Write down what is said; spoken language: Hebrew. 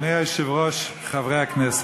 אדוני היושב-ראש, חברי הכנסת,